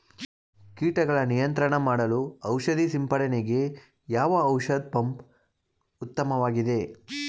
ಕೀಟಗಳ ನಿಯಂತ್ರಣ ಮಾಡಲು ಔಷಧಿ ಸಿಂಪಡಣೆಗೆ ಯಾವ ಔಷಧ ಪಂಪ್ ಉತ್ತಮವಾಗಿದೆ?